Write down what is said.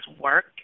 work